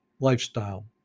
lifestyle